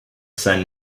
send